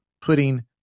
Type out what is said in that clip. putting